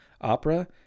opera